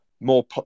more